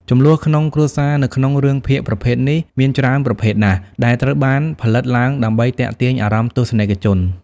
ជម្លោះក្នុងគ្រួសារនៅក្នុងរឿងភាគប្រភេទនេះមានច្រើនប្រភេទណាស់ដែលត្រូវបានផលិតឡើងដើម្បីទាក់ទាញអារម្មណ៍ទស្សនិកជន។